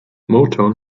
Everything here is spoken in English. motown